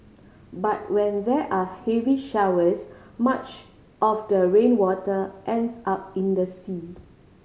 but when there are heavy showers much of the rainwater ends up in the sea